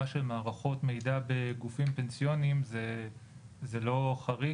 של מערכות מידע בגופים פנסיוניים זה לא חריג,